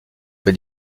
que